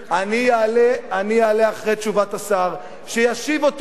אני אעלה אחרי תשובת השר, שישיב אוטומטית.